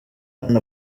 hano